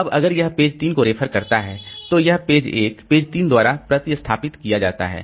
अब अगर यह पेज 3 को रेफर करता है तो यह पेज 1 पेज 3 द्वारा प्रतिस्थापित किया जाता है